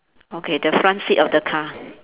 okay the front seat of the car